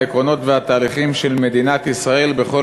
בעקרונות ובתהליכים של מדינת ישראל בכל